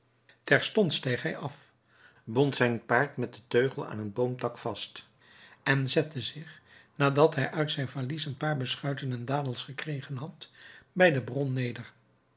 terstond steeg hij af bond zijn paard met den teugel aan een boomtak vast en zette zich nadat hij uit zijn valies een paar beschuiten en dadels gekregen had bij de bron neder